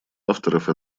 авторов